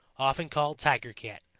often called tiger cat.